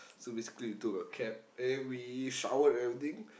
so basically we took a cab eh we showered everything